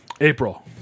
April